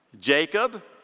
Jacob